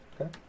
Okay